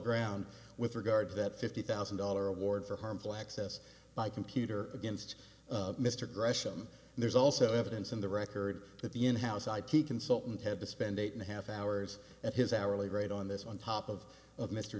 ground with regard to that fifty thousand dollar award for harmful access by computer against mr gresham and there's also evidence in the record that the in house ip consultant had to spend eight and a half hours at his hourly rate on this one top of of mr